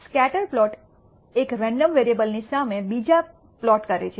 scatter plot એક random વેરીએબલની સામે બીજા પ્લોટ કરે છે